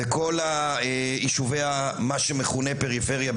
לכל היישובי מה שמכונה פריפריה,